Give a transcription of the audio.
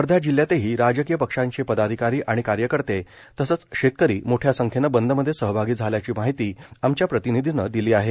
वर्धा जिल्ह्यातही राजकीय पक्षांचे पदाधिकारी आणि कार्यकर्ते तसंच शेतकरी मोठ्या संख्येनं बंदमध्ये सहभागी झाल्याची माहिती आमच्या प्रतिनिधीनं दिली आहे